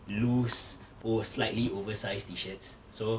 loose or slightly oversized T-shirts so